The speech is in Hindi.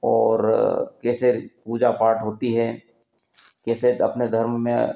और कैसे पूजा पाठ होती है कैसे अपने धर्म में